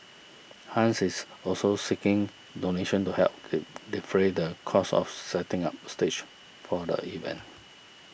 Hans is also seeking donations to help defray the cost of setting up the stage for the event